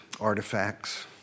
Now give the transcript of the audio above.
artifacts